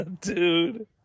Dude